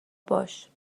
باش